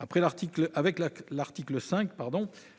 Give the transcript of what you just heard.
de l'article 5,